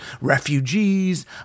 refugees